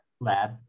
lab